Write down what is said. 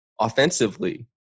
offensively